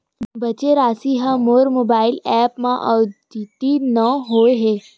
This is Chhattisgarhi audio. बचे राशि हा मोर मोबाइल ऐप मा आद्यतित नै होए हे